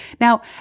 Now